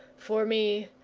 for me,